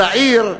הזעיר,